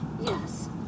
Yes